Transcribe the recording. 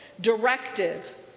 directive